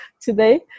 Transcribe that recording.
today